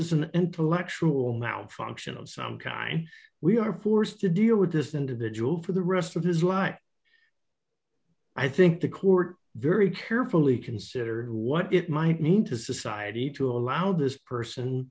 is an intellectual malfunction on some kind we are forced to deal with this individual for the rest of his why i think the court very carefully considered what it might mean to society to allow this person